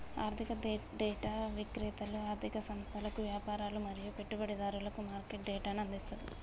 ఆర్థిక డేటా విక్రేతలు ఆర్ధిక సంస్థలకు, వ్యాపారులు మరియు పెట్టుబడిదారులకు మార్కెట్ డేటాను అందిస్తది